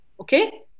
Okay